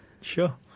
Sure